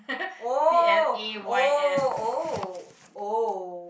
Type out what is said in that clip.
oh oh oh oh